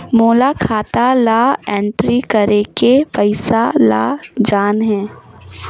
मोला खाता ला एंट्री करेके पइसा ला जान हे?